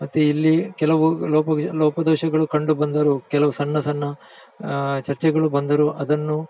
ಮತ್ತು ಇಲ್ಲಿ ಕೆಲವು ಲೋಪ ಲೋಪ ದೋಷಗಳು ಕಂಡು ಬಂದರೂ ಕೆಲವು ಸಣ್ಣ ಸಣ್ಣ ಚರ್ಚೆಗಳು ಬಂದರೂ ಅದನ್ನು